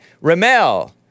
Ramel